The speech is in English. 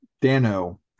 Dano